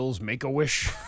make-a-wish